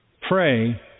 pray